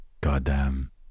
goddamn